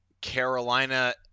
Carolina